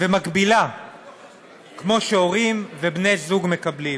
ומקבילה כמו שהורים ובני-זוג מקבלים,